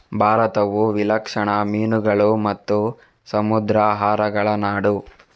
ಭಾರತವು ವಿಲಕ್ಷಣ ಮೀನುಗಳು ಮತ್ತು ಸಮುದ್ರಾಹಾರಗಳ ನಾಡು